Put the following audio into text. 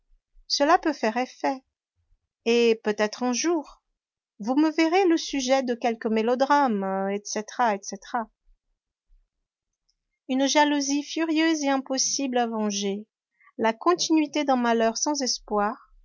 cela peut faire effet et peut-être un jour vous me verrez le sujet de quelque mélodrame etc etc une jalousie furieuse et impossible à venger la continuité d'un malheur sans espoir